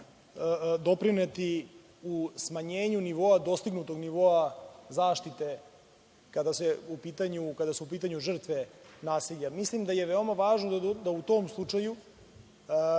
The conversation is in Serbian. doprineti u smanjenju dostignutog nivoa zaštite, kada su u pitanju žrtve nasilja. Mislim da je veoma važno da u tom slučaju